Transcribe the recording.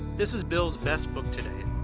this is bill's best book today.